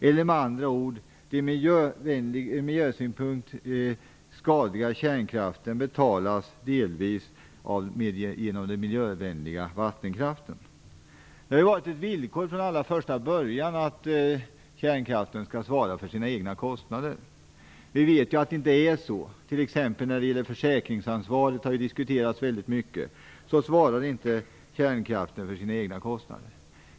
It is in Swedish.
Eller med andra ord: Den från miljösynpunkt skadliga kärnkraften betalas delvis genom den miljövänliga vattenkraften. Det har från allra första början varit ett villkor att kärnkraften skall svara för sina egna kostnader. Vi vet att det inte är så. När det t.ex. gäller försäkringsansvaret, som har diskuterats väldigt mycket, svarar inte kärnkraften för sina egna kostnader.